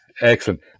Excellent